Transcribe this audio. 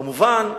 כמובן,